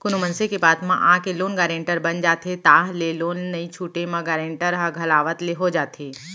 कोनो मनसे के बात म आके लोन गारेंटर बन जाथे ताहले लोन नइ छूटे म गारेंटर ह घलावत ले हो जाथे